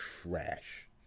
trash